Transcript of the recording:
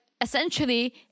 essentially